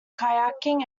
kayaking